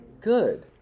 Good